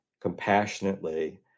compassionately